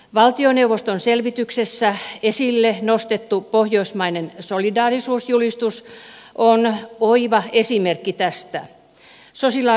valtioneuvoston selvityksessä esille nostettu pohjoismainen solidaarisuusjulistus on oiva esimerkki tästä